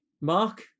Mark